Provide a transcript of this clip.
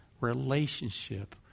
Relationship